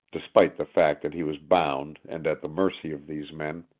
despite the fact that he was bound and at the mercy of these men.